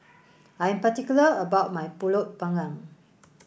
I'm particular about my Pulut panggang